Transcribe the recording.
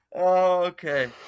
Okay